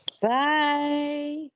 Bye